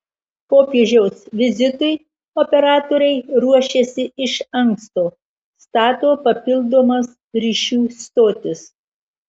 popiežiaus vizitui operatoriai ruošiasi iš anksto stato papildomas ryšių stotis